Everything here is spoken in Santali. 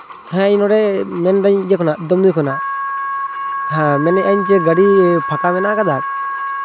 ᱦᱮᱸ ᱤᱧ ᱱᱚᱸᱰᱮ ᱢᱮᱱᱫᱟᱹᱧ ᱤᱭᱟᱹ ᱠᱷᱚᱱᱟᱜ ᱫᱚᱢᱫᱚᱢᱤ ᱠᱷᱚᱱᱟᱜ ᱦᱮᱸ ᱢᱮᱱᱮᱫᱟᱧ ᱡᱮ ᱜᱟᱹᱰᱤ ᱯᱷᱟᱠᱟ ᱢᱮᱱᱟᱜ ᱟᱠᱟᱫᱟ